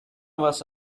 was